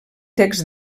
text